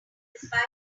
accident